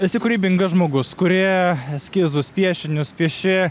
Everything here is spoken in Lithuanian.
esi kūrybingas žmogus kuri eskizus piešinius pieši